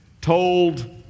told